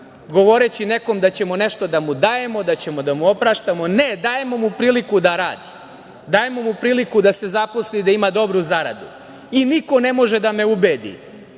govoreći nekom da ćemo nešto da mu dajemo, da ćemo da mu opraštamo. Ne, dajemo mu priliku da radi, dajemo mu priliku da se zaposli, da ima dobru zaradu i niko ne može da me ubedi